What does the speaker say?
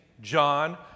John